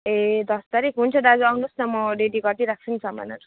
ए दस तारिक हुन्छ दाजु आउनुहोस् न म रेडी गरिदिइराख्छु नि सामानहरू